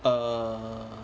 err